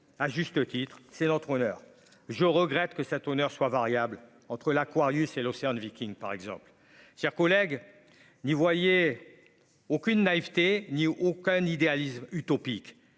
à juste titre, c'est l'entraîneur, je regrette que cet honneur soit variable entre l'Aquarius et l'Océan Viking, par exemple, chers collègues, n'y voyez aucune naïveté ni aucun idéalisme utopique,